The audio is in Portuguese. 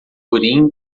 urim